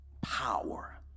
power